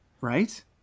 right